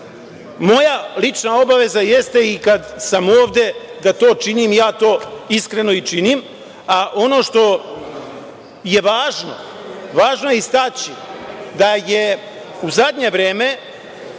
lična obaveza jeste i kada sam ovde da to činim i ja to iskreno i činim. Ono što je važno, važno je istaći da je u zadnje vreme